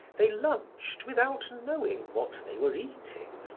they lunched without knowing what they were eating.